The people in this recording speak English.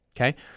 Okay